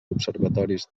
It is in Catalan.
observatoris